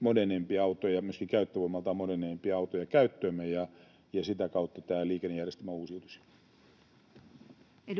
moderneimpia autoja, myöskin käyttövoimaltaan moderneimpia autoja, käyttöömme ja sitä kautta tämä liikennejärjestelmä uusiutuisi.